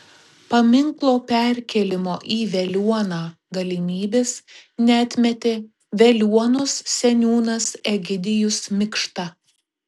paminklo perkėlimo į veliuoną galimybės neatmetė veliuonos seniūnas egidijus mikšta